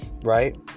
right